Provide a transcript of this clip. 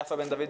יפה בן דוד,